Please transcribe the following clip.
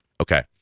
Okay